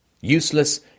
Useless